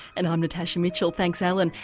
and i'm natasha mitchell, thanks alan.